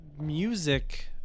music